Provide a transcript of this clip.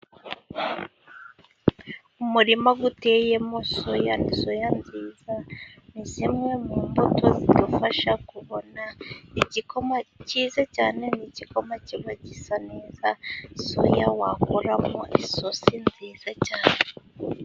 Umurima utemo soya. Ni soya nziza zimwe mu mbuto zidufasha kubona igikoma cyiza cyane. Ni igikoma kiba gisa neza soya wakoramo isosi nziza cyane.